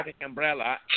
umbrella